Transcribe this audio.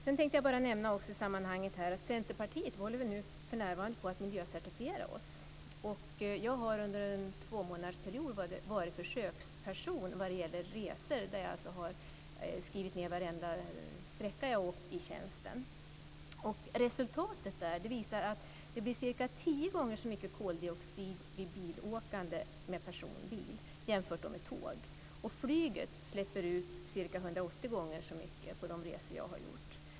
Sedan tänkte jag i sammanhanget nämna att vi i Centerpartiet för närvarande håller på att miljöcertifiera oss. Jag har under en tvåmånadersperiod varit försöksperson vad gäller resor. Jag har skrivit ned varenda sträcka jag har åkt i tjänsten. Resultatet visar att det blir ca 10 gånger så mycket koldioxid vid bilåkande med personbil jämfört med tåg, och flyget släpper ut ca 180 gånger så mycket på de resor jag har gjort.